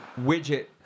Widget